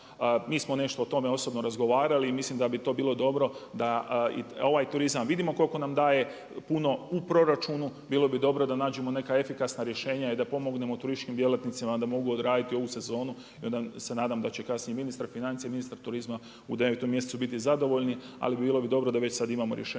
Mi smo nešto o tome osobno razgovarali i mislim da bi to bilo dobro da ovaj turizam vidimo koliko nam daje puno u proračunu, bilo bi dobro da nađemo neka efikasna rješenja i da pomognemo turističkim djelatnicima da mogu odraditi ovu sezonu i onda se nadam da će kasnije ministar financija, ministar turizma u 9 mjesecu biti zadovoljni. Ali bilo bi dobro da već sada imamo rješenje